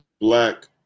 black